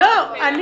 לא,